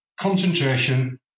concentration